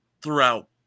throughout